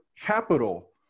capital